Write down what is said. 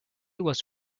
was